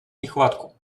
нехватку